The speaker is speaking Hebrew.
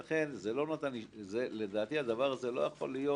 לכן, לדעתי הדבר הזה לא יכול להיות